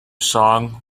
song